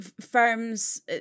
firms